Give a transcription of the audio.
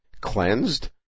cleansed